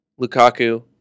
Lukaku